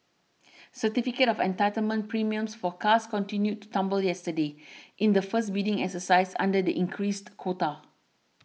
certificate of entitlement premiums for cars continued to tumble yesterday in the first bidding exercise under the increased quota